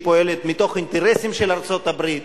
פועלת מתוך אינטרסים של ארצות-הברית,